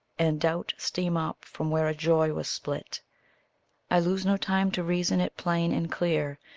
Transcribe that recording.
and doubt steam up from where a joy was spilt i lose no time to reason it plain and clear,